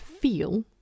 feel